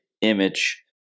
image